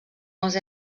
els